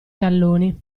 talloni